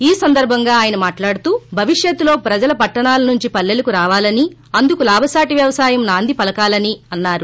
ఈ సందర్బంగా ఆయన మాట్లాడుతూ భవిష్యత్తులో ప్రజలు పట్లణాల నుంచి పల్లెలకు రావాలని అందుకు లాభసాటి వ్యవసాయం నాంది పలకాలని అన్నారు